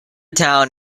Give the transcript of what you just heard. town